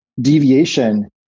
deviation